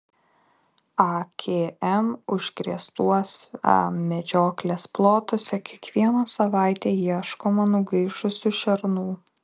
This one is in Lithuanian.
akm užkrėstuose medžioklės plotuose kiekvieną savaitę ieškoma nugaišusių šernų